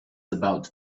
about